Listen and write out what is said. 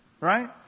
Right